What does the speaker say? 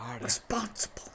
responsible